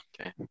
Okay